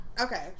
okay